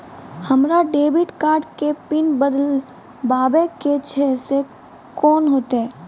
हमरा debit card के PIN बदलबावै के छैं से कौन होतै?